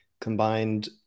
combined